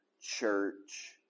church